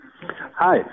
Hi